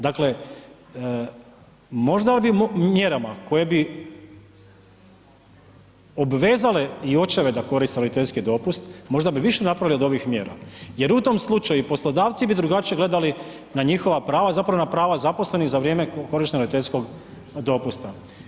Dakle, možda bi mjerama koje bi obvezale i očeve da koriste roditeljski dopust možda bi više napravili od ovih mjera jer u tom slučaju i poslodavci bi drugačije gledali na njihova prava, zapravo na prava zaposlenih za vrijeme korištenja roditeljskog dopusta.